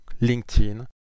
LinkedIn